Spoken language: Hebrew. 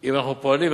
אם אנחנו פועלים,